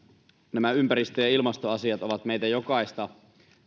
nämä ympäristö ja ilmastoasiat ovat meitä jokaista